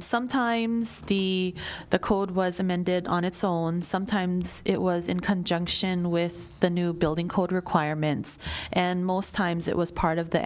sometimes the the code was amended on its own sometimes it was in conjunction with the new building code requirements and most times it was part of the